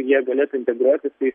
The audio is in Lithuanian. jie galėtų integruotis į